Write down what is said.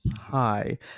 hi